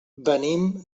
venim